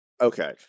okay